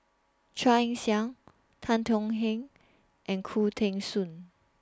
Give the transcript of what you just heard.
Chia Ann Siang Tan Tong Hye and Khoo Teng Soon